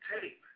tape